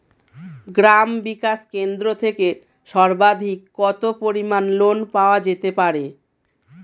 গ্রাম বিকাশ কেন্দ্র থেকে সর্বাধিক কত পরিমান লোন পাওয়া যেতে পারে?